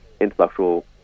intellectual